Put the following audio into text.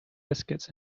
biscuits